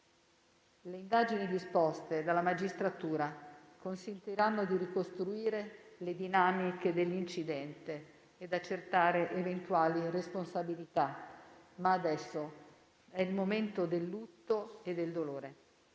Le indagini disposte dalla magistratura consentiranno di ricostruire le dinamiche dell'incidente ed accertare eventuali responsabilità, ma adesso è il momento del lutto e del dolore,